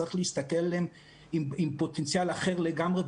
צריך להסתכל עליהם עם פוטנציאל אחר לגמרי,